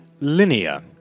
linear